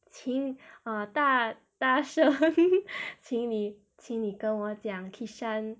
请 err 大大声 请你请你跟我讲 kishan